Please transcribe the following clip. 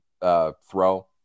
throw